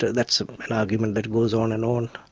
that's an argument that goes on and on.